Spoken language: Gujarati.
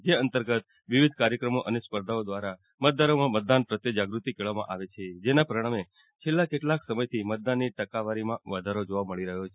જે અંતર્ગત વિવિધ કાર્યક્રમો અને સ્પર્ધાઓ દ્વારા મતદારોમાં મતદાન પ્રત્યે જાગ્રતિ કેળવવામાં આવે છે જેના પરિણામે છેલ્લાં કેટલાંક સમયથી મતદાનની ટકાવારીમાં વધારો જોવા મળ્યો છે